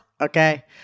Okay